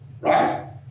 right